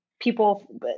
people